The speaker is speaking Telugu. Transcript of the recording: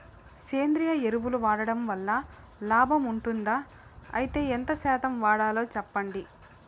సేంద్రియ ఎరువులు వాడడం వల్ల లాభం ఉంటుందా? అయితే ఎంత శాతం వాడాలో చెప్పండి?